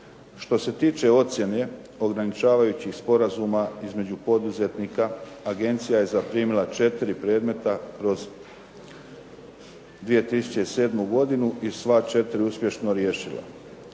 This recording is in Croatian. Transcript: Što se tiče ocjene ograničavajućih sporazuma između poduzetnika, agencija je zaprimila 4 predmeta kroz 2007. godinu i sva 4 uspješno riješila.